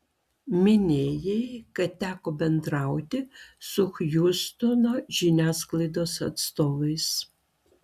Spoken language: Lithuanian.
minėjai kad teko bendrauti su hjustono žiniasklaidos atstovais